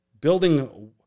building